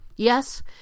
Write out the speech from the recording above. Yes